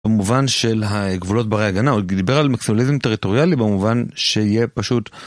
במובן של הגבולות ברי הגנה, הוא דיבר על מקסימוליזם טריטוריאלי במובן שיהיה פשוט.